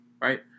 right